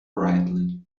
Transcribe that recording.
brightly